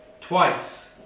twice